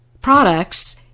products